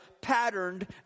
patterned